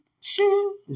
shoo